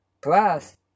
plus